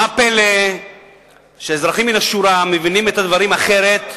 מה הפלא שאזרחים מהשורה מבינים את הדברים אחרת?